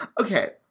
Okay